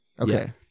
Okay